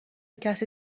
کسی